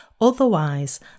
Otherwise